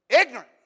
ignorant